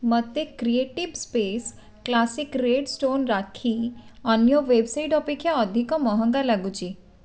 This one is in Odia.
ମୋତେ creatives space classic red stone rakhi ଅନ୍ୟ ୱେବ୍ସାଇଟ୍ ଅପେକ୍ଷା ଅଧିକ ମହଙ୍ଗା ଲାଗୁଛି